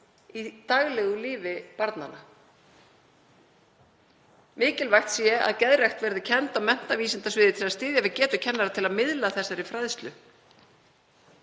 í daglegu lífi barnanna. Mikilvægt sé að geðrækt verði kennd á menntavísindasviði til að styðja við getu kennara til að miðla þessari fræðslu.